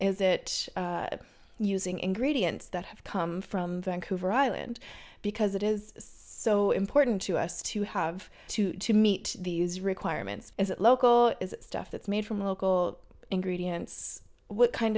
is it using ingredients that have come from vancouver island because it is important to us to have to to meet these requirements is it local is it stuff that's made from local ingredients what kind